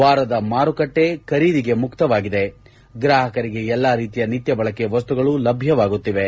ವಾರದ ಮಾರುಕಟ್ವೆ ಖರೀದಿಗೆ ಮುಕ್ತವಾಗಿದ್ದು ಗ್ರಾಹಕರಿಗೆ ಎಲ್ಲ ರೀತಿಯ ನಿತ್ಯ ಬಳಕೆ ವಸ್ತುಗಳು ಲಭ್ಯವಾಗುತ್ತಿವೆ